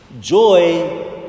Joy